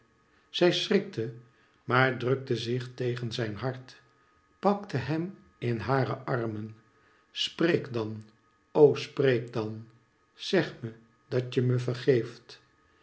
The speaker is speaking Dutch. zij schrikte maar drukte zich tegen zijn hart pakte hem in hare armen spreek dan o spreek dan zeg me datje me vergeeft